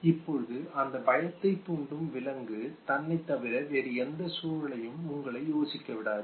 இப்போது அந்த பயத்தை தூண்டும் விலங்கு தன்னை தவிர வேறு எந்த சூழலையும் உங்களை யோசிக்க விடாது